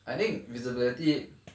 I think visibility